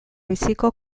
biziko